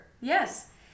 Yes